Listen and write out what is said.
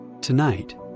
Tonight